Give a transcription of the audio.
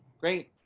great.